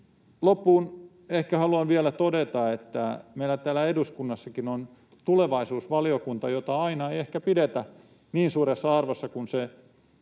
Loppuun ehkä haluan vielä todeta, että meillä täällä eduskunnassakin on tulevaisuusvaliokunta, jota aina ei ehkä pidetä niin suuressa arvossa kuin sen